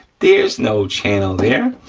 there's no channel there,